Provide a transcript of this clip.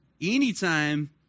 anytime